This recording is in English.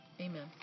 Amen